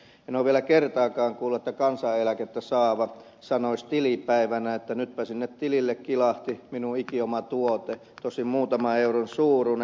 en ole vielä kertaakaan kuullut että kansaeläkettä saava sanoisi tilipäivänä että nytpä sinne tilille kilahti minun ikioma tuotteeni tosin muutaman euron suuruinen